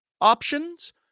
options